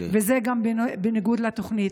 וזה גם בניגוד לתוכנית.